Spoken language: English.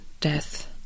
death